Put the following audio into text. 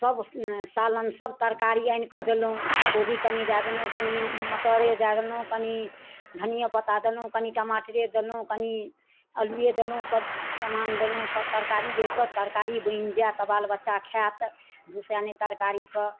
सब सालनसब तरकारी आनिके देलहुँ कोबी कनि दऽ देलहुँ कनि मटरे दऽ देलहुँ कनि धनिए पत्ता देलहुँ कनि टमाटरे देलहुँ कनि अल्लुए देलहुँ सब समान देलहुँ सब तरकारी जाहिसँ तरकारी बनि जाएत तऽ बाल बच्चा खाएत दुसै नहि तरकारीके